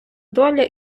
доля